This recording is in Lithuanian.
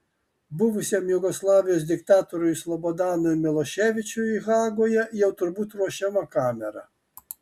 buvusiam jugoslavijos diktatoriui slobodanui miloševičiui hagoje jau turbūt ruošiama kamera